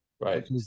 Right